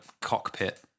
cockpit